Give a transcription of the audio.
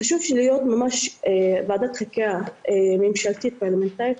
חשוב שזה יהיה ועדת חקירה ממשלתית פרלמנטרית,